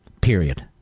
period